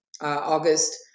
August